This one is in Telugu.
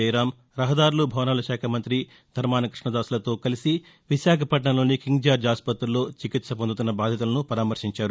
జయరాం రహదారులు భవనాల శాఖ మంత్రి ధర్మాన కృష్ణదాస్తో కలిసి విశాఖపట్టణంలోని కింగ్ జార్జ్ ఆసుపత్రిలో చికిత్స పొందుతున్న బాధితులసు పరామర్శించారు